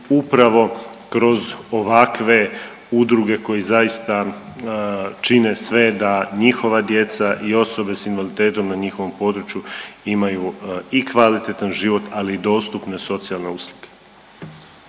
upravo kroz ovakve udruge koji zaista čine sve da njihova djeca i osobe s invaliditetom na njihovom području imaju i kvalitetan život, ali i dostupne socijalne usluge.